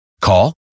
Call